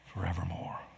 forevermore